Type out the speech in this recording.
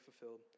fulfilled